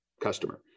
customer